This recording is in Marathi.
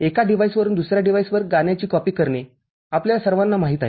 एका डिव्हाइसवरून दुसर्या डिव्हाइसवर गाण्याची कॉपी करणे आपल्या सर्वांना माहित आहे